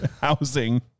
housing